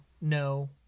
no